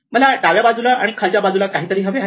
मला डाव्या बाजूला आणि खालच्या बाजूला काहीतरी हवे आहे